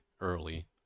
early